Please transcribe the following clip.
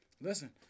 Listen